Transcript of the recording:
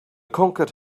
conquered